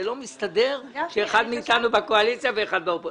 זה לא מסתדר כשאחד מאתנו בקואליציה ואחד מאתנו באופוזיציה.